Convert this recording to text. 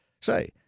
Say